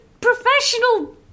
professional